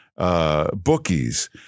Bookies